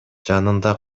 жанында